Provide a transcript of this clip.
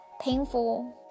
painful